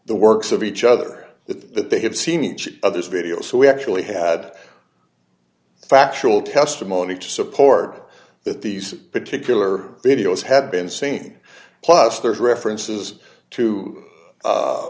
the works of each other that they have seen each other's video so we actually had factual testimony to support that these particular videos had been saying plus there's references to